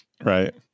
Right